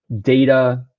data